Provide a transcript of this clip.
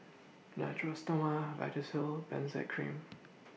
Natura Stoma Vagisil Benzac Cream